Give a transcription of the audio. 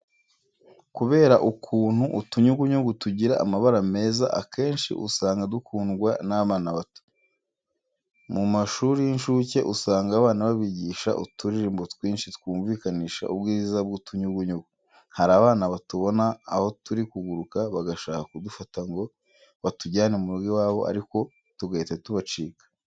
Kubera ukuntu utunyugunyugu tugira amabara meza akenshi usanga dukundwa n'abana bato. Mu mashuri y'incuke usanga abana babigisha uturirimbo twinshi twumvikanisha ubwiza bw'utunyugunyugu. Hari abana batubona aho turi kuguruka bagashaka kudufata ngo batujyane mu rugo iwabo ariko tugahita tubacika.